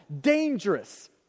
dangerous